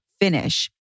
finish